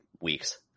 weeks